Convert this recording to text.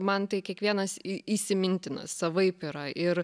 man tai kiekvienas į įsimintinas savaip yra ir